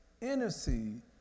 intercede